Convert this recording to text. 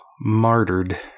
martyred